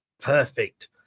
Perfect